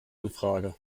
infrage